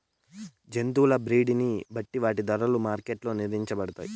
జంతువుల బ్రీడ్ ని బట్టి వాటి ధరలు మార్కెట్ లో నిర్ణయించబడతాయి